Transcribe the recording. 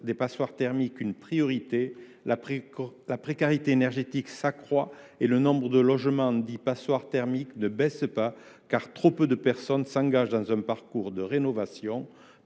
de leur éradication une priorité. La précarité énergétique s’accroît, et le nombre de logements qualifiés de passoires thermiques ne baisse pas, car trop peu de personnes s’engagent dans un parcours de rénovation.